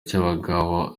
cy’abagabo